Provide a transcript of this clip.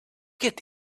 get